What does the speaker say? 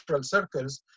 circles